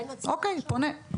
אוקיי, פונה.